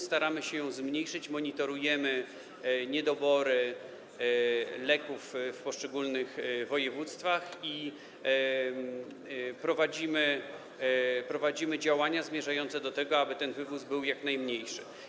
Staramy się ją zmniejszyć, monitorujemy niedobory leków w poszczególnych województwach i prowadzimy działania zmierzające do tego, aby ten wywóz był jak najmniejszy.